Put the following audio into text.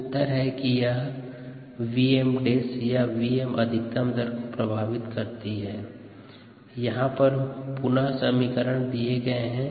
उत्तर है कि यह 𝑣𝑚′ या 𝑣𝑚 अधिकतम दर को प्रभावित करती है